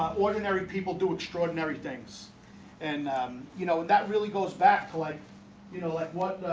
ordinary people do extraordinary things and you know that really goes back to like you know like what?